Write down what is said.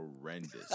horrendous